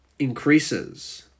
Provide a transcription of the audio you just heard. increases